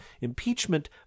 Impeachment